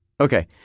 Okay